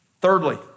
Thirdly